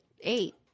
Eight